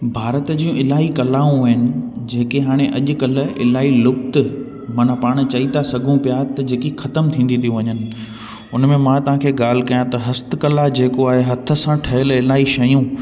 भारत जी इलाही कलाऊं आहिनि जेके हाणे अॼुकल्ह इलाही लुप्तु माना पाण चई था सघूं पिया त जेकी ख़तमु थींदी थी वञनि उन में मां तव्हांखे ॻाल्हि कयां त हस्तकला जेको आहे हथ सां ठहियल इलाही शयूं